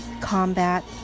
Combat